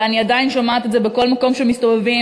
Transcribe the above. ואני עדיין שומעת את זה בכל מקום שמסתובבים,